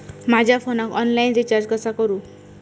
माझ्या फोनाक online recharge कसा करू?